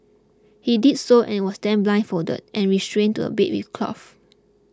he did so and was then blindfolded and restrained to a bed with cloth